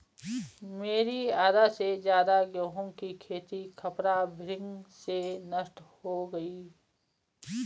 मेरी आधा से ज्यादा गेहूं की खेती खपरा भृंग से नष्ट हो गई